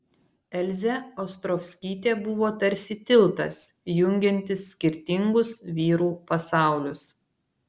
elzė ostrovskytė buvo tarsi tiltas jungiantis skirtingus vyrų pasaulius